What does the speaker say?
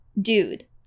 dude